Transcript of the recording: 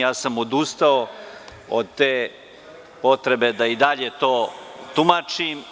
Ja sam odustao od te potrebe da i dalje to tumačim.